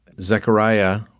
Zechariah